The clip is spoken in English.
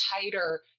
tighter